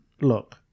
look